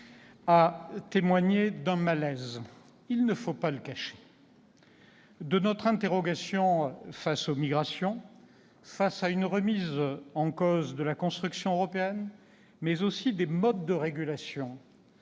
a témoigné d'un malaise, il ne faut pas le cacher. Il a témoigné de notre interrogation face aux migrations, ainsi que face à une remise en cause de la construction européenne, mais aussi des modes de régulation